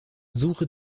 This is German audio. suche